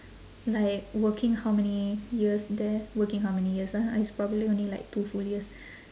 like working how many years there working how many years ah it's probably only like two full years